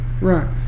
Right